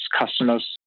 customers